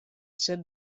set